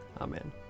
Amen